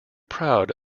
proud